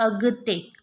अॻिते